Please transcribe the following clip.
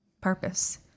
purpose